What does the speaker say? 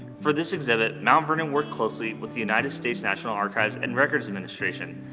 for this exhibit, mount vernon worked closely with the united states national archives and records administration.